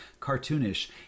cartoonish